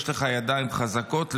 יש לך ידיים חזקות,